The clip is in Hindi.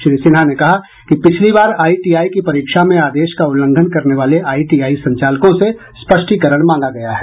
श्री सिन्हा ने कहा कि पिछली बार आईटीआई की परीक्षा में आदेश का उल्लंघन करने वाले आईटीआई संचालकों से स्पष्टीकरण मांगा गया है